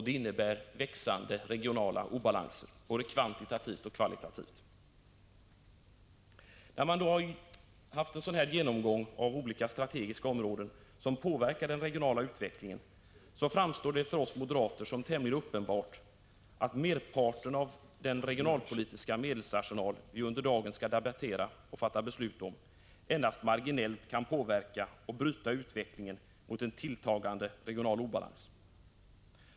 Det innebär växande regionala obalanser, både kvantitativt och kvalitativt. Efter en sådan här genomgång av olika strategiska områden som påverkar den regionala utvecklingen framstår det för oss moderater som tämligen uppenbart att merparten av den regionalpolitiska medelsarsenal som vi under dagen skall debattera och fatta beslut om endast marginellt kan påverka och bryta utvecklingen mot en tilltagande regional obalans.